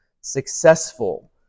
successful